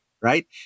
right